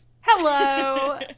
Hello